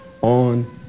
on